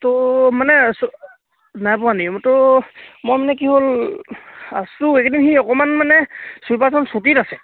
ত' মানে নাই পোৱানি ত' মই মানে কি হ'ল আছোঁ এইকেইদিন সেই অকণমান মানে ছুইপাৰজন ছুটীত আছে